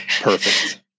Perfect